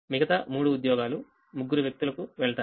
మిగతా మూడు ఉద్యోగాలు ముగ్గురు వ్యక్తులకు వెళ్తాయి